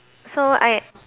so I